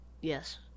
Yes